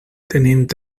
tenint